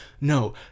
No